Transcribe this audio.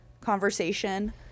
conversation